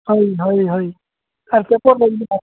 ହଉ ହଉ ହଉ